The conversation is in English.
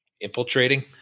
Infiltrating